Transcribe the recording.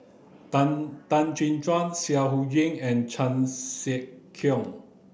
Tan Tan Chin Tuan Seah Eu Chin and Chan Sek Keong